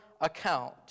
account